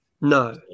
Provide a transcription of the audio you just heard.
No